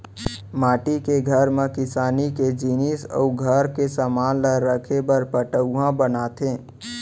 माटी के घर म किसानी के जिनिस अउ घर के समान ल राखे बर पटउहॉं बनाथे